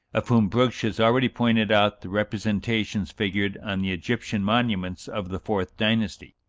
of whom brugsch has already pointed out the representations figured on the egyptian monuments of the fourth dynasty.